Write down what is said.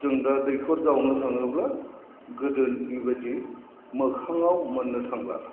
जों दा दैखर जावनो थाङोब्ला गोदोनि बादि मोखांआव मोननो थांला